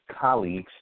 colleagues